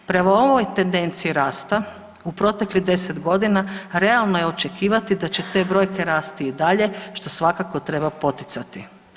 Prema ovoj tendenciji rasta u proteklih 10 godina realno je očekivati da će te brojke rasti i dalje što svakako treba poticati.